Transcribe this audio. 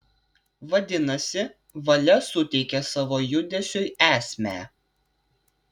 vadinasi valia suteikia savo judesiui esmę